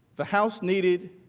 the house needed